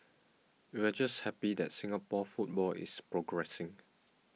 we're just happy that Singapore football is progressing